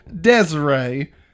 Desiree